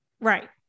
Right